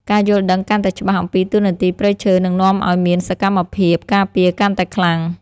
ការយល់ដឹងកាន់តែច្បាស់អំពីតួនាទីព្រៃឈើនឹងនាំឱ្យមានសកម្មភាពការពារកាន់តែខ្លាំង។ការយល់ដឹងកាន់តែច្បាស់អំពីតួនាទីព្រៃឈើនឹងនាំឱ្យមានសកម្មភាពការពារកាន់តែខ្លាំង។